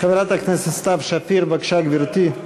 חברת הכנסת סתיו שפיר, בבקשה, גברתי,